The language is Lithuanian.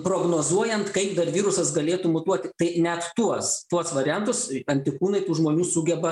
prognozuojant kaip dar virusas galėtų mutuoti tai net tuos tuos variantus antikūnai tų žmonių sugeba